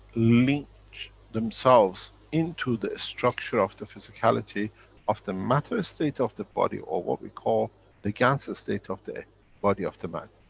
leech themselves into the structure of the physicality of the matter state of the body, or what we call the gans state of the body of the man.